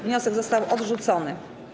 Wniosek został odrzucony.